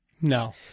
No